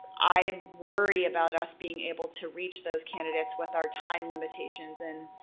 i worry about us being able to reach those candidates with our time limitations. and